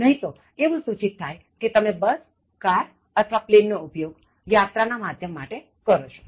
નહીં તો એવું સૂચિત થાય કે તમે બસકાર અથવા પ્લેન નો ઉપયોગ યાત્રા ના માધ્યમ માટે કરો છો